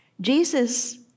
Jesus